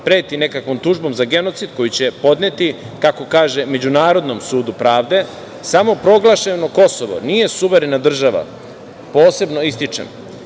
preti nekakvom tužbom za genocid koju će podneti, kako kaže, Međunarodnom sudu pravde. Samoproglašeno Kosovo nije suverena država, posebno ističem,